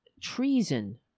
treason